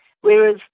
whereas